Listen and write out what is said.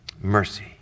Mercy